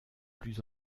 plus